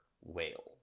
whale